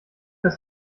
des